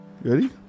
Ready